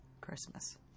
Christmas